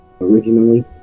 originally